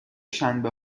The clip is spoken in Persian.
شنبه